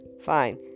fine